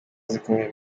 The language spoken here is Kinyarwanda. zikomeye